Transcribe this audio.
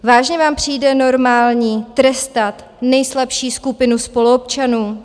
Vážně vám přijde normální trestat nejslabší skupinu spoluobčanů?